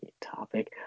topic